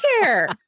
care